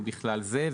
ובכלל זה..